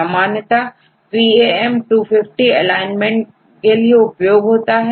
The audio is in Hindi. सामान्यतःPAM250 एलाइनमेंट के लिए उपयोग होता है